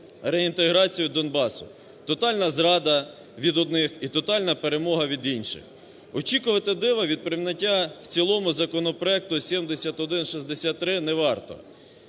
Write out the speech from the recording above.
реінтеграцію Донбасу: тотальна зрада – від одних і тотальна перемога – від інших. Очікувати дива від прийняття в цілому законопроекту 7163 не варто.